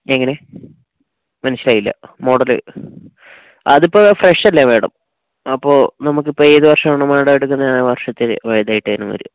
എങ്ങനെ മനസ്സിലായില്ല മോഡല് അതിപ്പോൾ ഫ്രഷല്ലെ മേഡം അപ്പോൾ നമുക്കിപ്പോൾ ഏത് വർഷമാണോ മേഡം എടുക്കുന്നത് ആ വർഷത്തിലെ ഡേറ്റായിരുന്നു വരിക